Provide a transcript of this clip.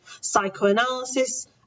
psychoanalysis